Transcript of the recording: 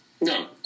No